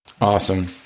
Awesome